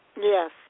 Yes